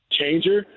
changer